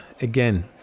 again